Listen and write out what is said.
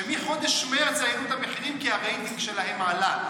שבחודש מרץ העלו את המחירים כי הרייטינג שלהם עלה,